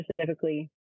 specifically